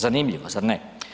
Zanimljivo, zar ne?